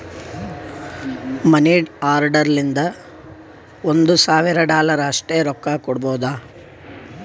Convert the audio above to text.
ಮನಿ order ಲಿಂತ ಒಂದ್ ಸಾವಿರ ಡಾಲರ್ ಅಷ್ಟೇ ರೊಕ್ಕಾ ಕೊಡ್ಬೋದ